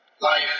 Life